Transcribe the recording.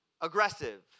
aggressive